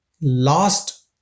last